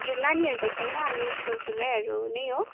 हजुर नानीहरू त छैन हामी ठुलठुलैहरू नै हो